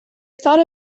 thought